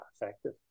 effective